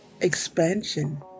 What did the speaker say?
expansion